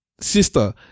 Sister